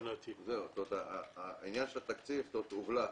העניין של התקציב הובלע,